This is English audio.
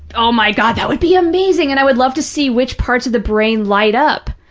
oh, my god, that would be amazing. and i would love to see which parts of the brain light up,